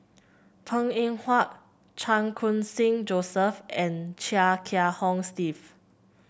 Png Eng Huat Chan Khun Sing Joseph and Chia Kiah Hong Steve